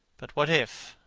but what if,